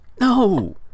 no